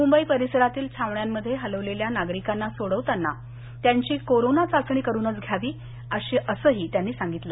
मुंबई परिसरातील छावण्यांमध्ये हलवलेल्या नागरिकांना सोडताना त्यांची कोरोना चाचणी करून घ्यावी असंही त्यांनी सांगितलं